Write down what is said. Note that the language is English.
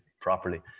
properly